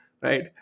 right